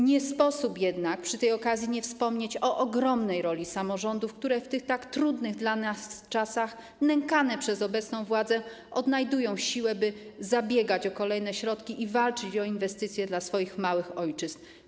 Nie sposób jednak przy tej okazji nie wspomnieć o ogromnej roli samorządów, które w tych tak trudnych dla nas czasach nękane przez obecną władzę odnajdują się, by zabiegać o kolejne środki i walczyć o inwestycje dla swoich małych ojczyzn.